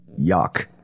yuck